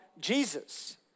Jesus